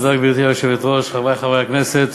גברתי היושבת-ראש, תודה, חברי חברי הכנסת,